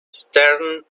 stern